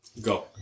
Go